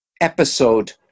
episode